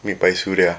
made by suria